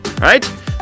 right